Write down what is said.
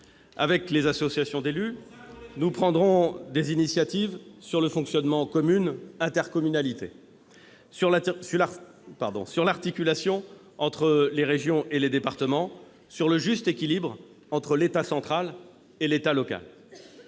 Avec les associations d'élus, nous prendrons des initiatives concernant le fonctionnement des communes et des intercommunalités, l'articulation entre les régions et les départements et le juste équilibre entre l'État central et l'État local.